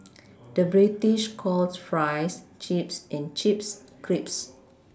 the British calls Fries Chips and Chips Crisps